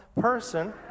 person